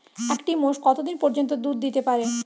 একটি মোষ কত দিন পর্যন্ত দুধ দিতে পারে?